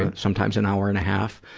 and sometimes an hour and a half.